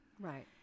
Right